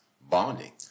bonding